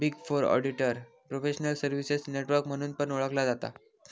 big four auditor professional services network म्हणून पण ओळखला जाता